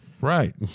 Right